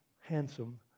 Handsome